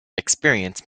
experience